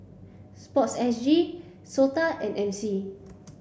sports S G SOTA and M C